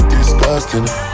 Disgusting